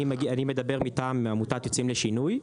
אני מדבר מטעם עמותת "יוצאים לשינוי".